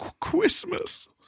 Christmas